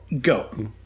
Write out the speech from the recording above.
go